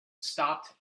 stopped